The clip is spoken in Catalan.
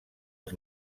els